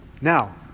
Now